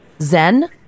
zen